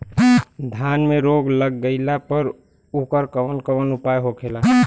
धान में रोग लग गईला पर उकर कवन कवन उपाय होखेला?